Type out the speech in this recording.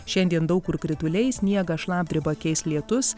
šiandien daug kur krituliai sniegą šlapdribą keis lietus